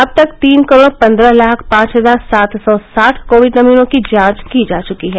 अब तक तीन करोड़ पंद्रह लाख पांच हजार सात सौ साठ कोविड नमूनों की जांच की जा चुकी है